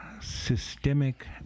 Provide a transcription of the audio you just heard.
systemic